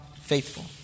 faithful